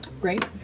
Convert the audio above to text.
Great